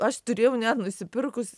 aš turėjau net nusipirkus